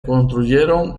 construyeron